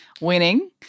winning